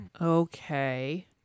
Okay